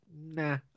nah